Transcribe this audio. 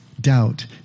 doubt